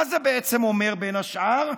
מה זה בעצם אומר, בין השאר?